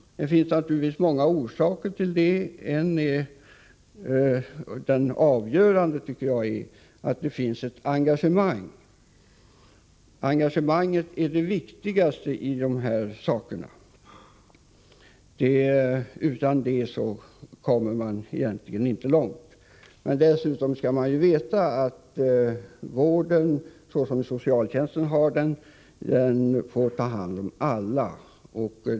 Det finns naturligtvis många orsaker till det. Den avgörande, tycker jag, är att det finns ett engagemang. Utan engagemang kommer man egentligen inte långt. Till saken hör att socialtjänsten får ta hand om alla.